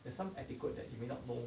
there's some etiquette that you may not know